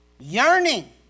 Yearning